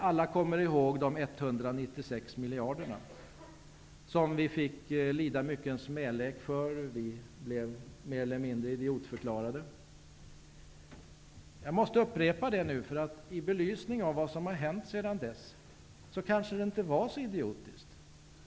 Alla kommer ihåg de 196 miljarderna, som vi fick lida mycken smälek för. Vi blev mer eller mindre idiotförklarade. Jag måste upprepa det nu, för i belysning av vad som har hänt sedan dess kanske det vi sade inte var så idiotiskt.